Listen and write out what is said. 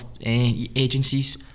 agencies